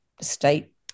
state